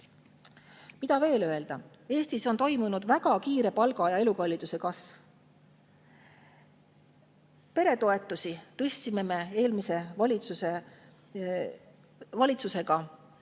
Mida veel öelda? Eestis on toimunud väga kiire palga ja elukalliduse kasv. Peretoetusi tõstsime me eelmise valitsusega